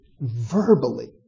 verbally